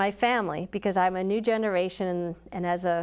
my family because i'm a new generation and as a